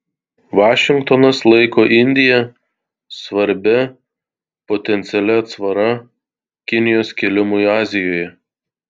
vašingtonas laiko indiją svarbia potencialia atsvara kinijos kilimui azijoje